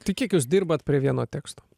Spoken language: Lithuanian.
tai kiek jūs dirbat prie vieno teksto